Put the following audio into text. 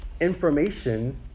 information